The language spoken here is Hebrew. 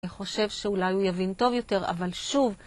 וחושב שאולי הוא יבין טוב יותר, אבל שוב...